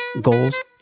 goals